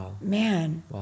man